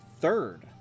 third